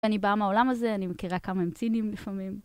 אני באה מהעולם הזה, אני מכירה כמה הם צינים לפעמים.